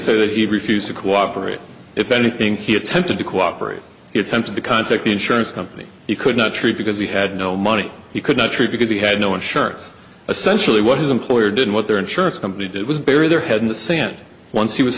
say that he refused to cooperate if anything he attempted to cooperate it's tempting to contact the insurance company you could not true because he had no money he could not true because he had no insurance essential what his employer did what their insurance company did was bury their head in the sand once he was